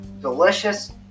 delicious